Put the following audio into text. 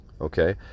Okay